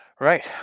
Right